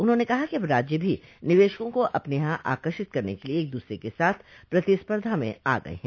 उन्होंने कहा कि अब राज्य भी निवेशकों को अपने यहां आकर्षित करन के लिए एक दूसरे के साथ प्रतिस्पर्धा में आ गये हैं